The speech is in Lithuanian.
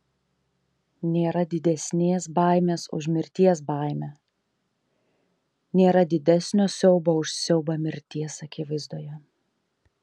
nėra didesnės baimės už mirties baimę nėra didesnio siaubo už siaubą mirties akivaizdoje